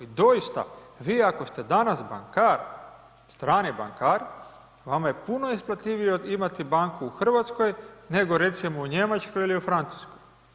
I doista vi ako ste danas bankar, strani bankar vama je puno isplativije imati banku u Hrvatskoj nego recimo u Njemačkoj ili u Francuskoj.